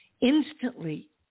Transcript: Instantly